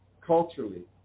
culturally